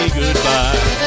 goodbye